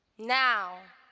now,